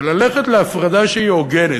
אבל ללכת להפרדה, שהיא הוגנת,